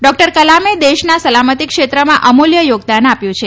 doctor કલામે દેશના સલામતી ક્ષેત્રમાં અમૂલ્ય યોગદાન આપ્યું છે